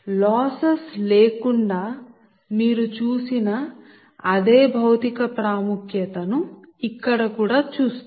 losses లేకుండా మీరు చూసిన అదే భౌతిక ప్రాముఖ్యత ను ఇక్కడ కూడా చూస్తారు